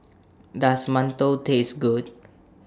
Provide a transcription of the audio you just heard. Does mantou Taste Good